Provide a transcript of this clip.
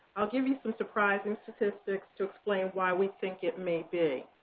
i'll give you some surprising statistics to explain why we think it may be.